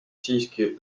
siiski